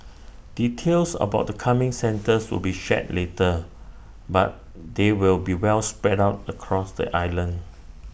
details about the coming centres will be shared later but they will be well spread out across the island